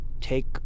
take